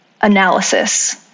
analysis